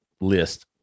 list